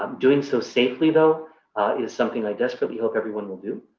um doing so safely though is something i desperately hope everyone will do.